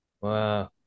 Wow